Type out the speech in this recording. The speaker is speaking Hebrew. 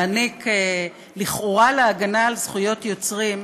להעניק לכאורה להגנה על זכויות יוצרים,